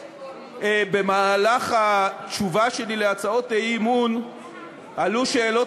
במהלך התשובה שלי להצעות האי-אמון עלו שאלות